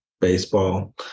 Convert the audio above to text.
baseball